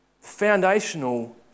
foundational